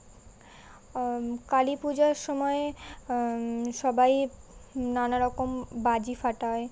কালী পূজার সময় সবাই নানারকম বাজি ফাটায়